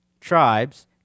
tribes